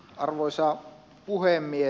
arvoisa puhemies